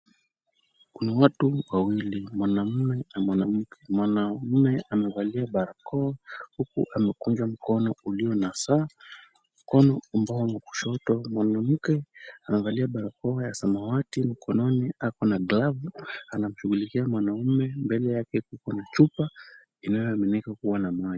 Kuna watu wawili, mwanaume na mwanamke. Mwanaume amevalia barakoa huku amekunja mkono ulio na saa, mkono ambao ni kushoto. Mwanamke amevalia barakoa ya samawati, mkononi ako na glavu anamshughulikia mwanaume. Mbele yake kuko na chupa inayoaminika kuwa na maji.